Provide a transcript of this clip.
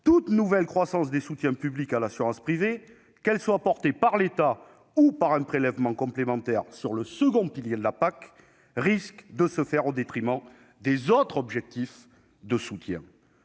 toute nouvelle croissance des soutiens publics à l'assurance privée, qu'elle soit portée par l'État ou par un prélèvement complémentaire sur le second pilier de la PAC, risque de se faire au détriment des autres objectifs de soutien.